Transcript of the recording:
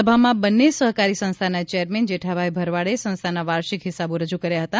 સભામાં બંને સહકારી સંસ્થાના ચેરમેન જેઠાભાઈ ભરવાડે સંસ્થાના વાર્ષિક હિસાબો રજૂ કર્યા હતા